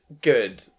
Good